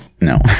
No